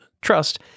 trust